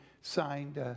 signed